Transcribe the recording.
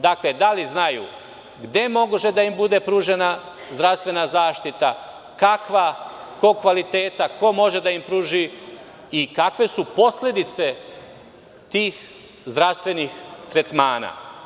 Dakle, da li znaju gde može da im bude pružena zdravstvena zaštita, kog kvaliteta, ko može da im pruži i kakve su posledice tih zdravstvenih tretmana?